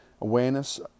awareness